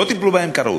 לא טיפלו בהם כראוי.